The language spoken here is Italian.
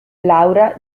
laura